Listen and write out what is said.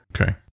Okay